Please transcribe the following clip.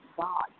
God